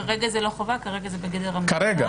כרגע זה לא חובה, כרגע זה בגדר המלצה.